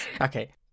okay